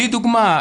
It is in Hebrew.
לדוגמא,